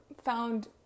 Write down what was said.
found